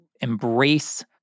embrace